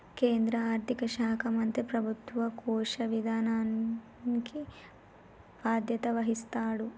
కేంద్ర ఆర్థిక శాఖ మంత్రి ప్రభుత్వ కోశ విధానానికి బాధ్యత వహిస్తాడు